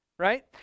Right